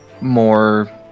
more